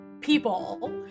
people